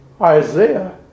Isaiah